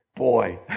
boy